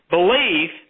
Belief